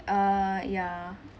uh ya